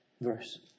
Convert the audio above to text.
verse